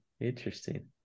Interesting